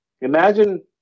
Imagine